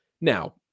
now